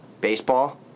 Baseball